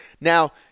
Now